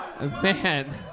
Man